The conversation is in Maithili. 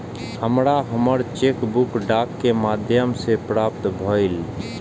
हमरा हमर चेक बुक डाक के माध्यम से प्राप्त भईल